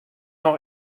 noch